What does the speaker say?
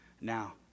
now